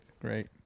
great